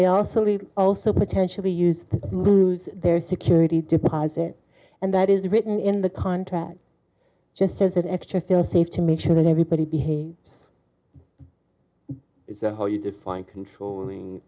they also will also potentially use lose their security deposit and that is written in the contract just as an extra feel safe to make sure that everybody behaves it's how you define controlling